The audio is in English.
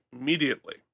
immediately